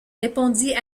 répondit